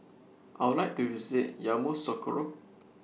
I Would to visit Yamoussoukro